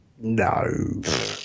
No